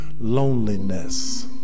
loneliness